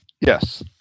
yes